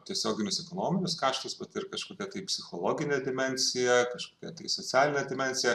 tiesioginius ekonominius kaštus bet ir kažkokią tai psichologinę dimensiją kažkokią tai socialinę dimensiją